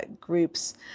groups